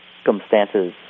circumstances